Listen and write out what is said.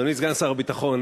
אדוני סגן שר הביטחון,